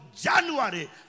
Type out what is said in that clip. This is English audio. January